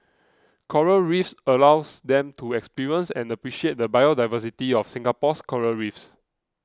coral Reefs allows them to experience and appreciate the biodiversity of Singapore's Coral Reefs